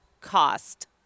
cost